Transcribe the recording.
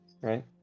Right